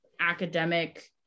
academic